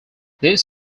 this